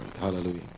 hallelujah